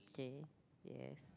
okay yes